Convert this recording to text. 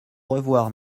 revoir